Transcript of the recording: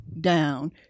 down